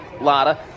lotta